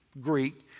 Greek